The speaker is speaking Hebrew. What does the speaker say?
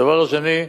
הדבר השני,